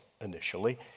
initially